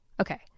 okay